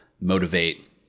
motivate